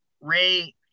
Ray